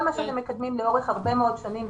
כל מה שאתם מקדמים לאורך הרבה מאוד שנים,